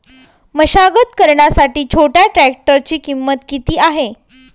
मशागत करण्यासाठी छोट्या ट्रॅक्टरची किंमत किती आहे?